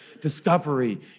Discovery